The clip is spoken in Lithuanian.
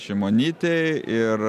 šimonytei ir